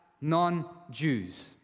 non-Jews